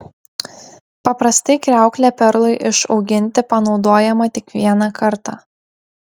paprastai kriauklė perlui išauginti panaudojama tik vieną kartą